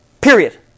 Period